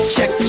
Check